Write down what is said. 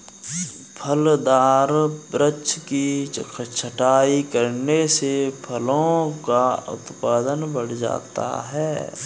फलदार वृक्ष की छटाई करने से फलों का उत्पादन बढ़ जाता है